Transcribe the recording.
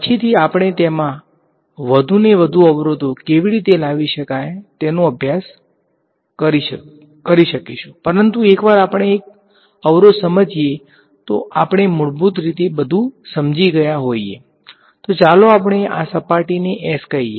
પછીથી આપણે તેમાં વધુને વધુ અવરોધો કેવી રીતે લાવી શકાય તેનો અભ્યાસ કરી શકીશું પરંતુ એકવાર આપણે એક અવરોધ સમજીએ તો આપણે મૂળભૂત રીતે બધું સમજી ગયા હોઈએ ચાલો આપણે આ સપાટીને અહીં S કહીએ